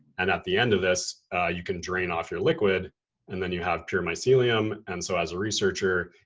and at the end of this you can drain off your liquid and then you have pure mycelium. and so as a researcher,